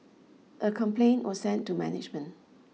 a complaint was sent to management